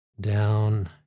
down